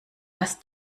was